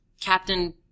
Captain